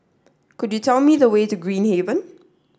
could you tell me the way to Green Haven